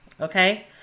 Okay